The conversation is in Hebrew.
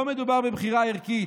לא מדובר בבחירה ערכית,